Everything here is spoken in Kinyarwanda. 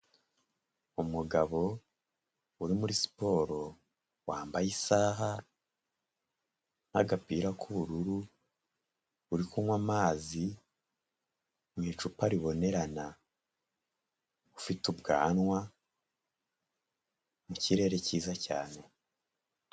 Umugabo uri muri siporo wambaye isaha nagapira k'ubururu, uri kunywa amazi mu icupa ribonerana. Ufite ubwanwa mu kirere cyiza cyane.